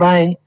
Bye